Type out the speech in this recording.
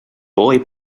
boy